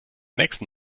nächsten